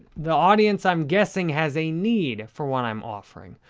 the audience, i'm guessing, has a need for what i'm offering.